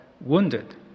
wounded